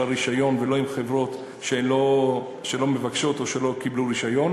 רישיון ולא עם חברות שלא מבקשות או שלא קיבלו רישיון.